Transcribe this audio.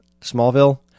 Smallville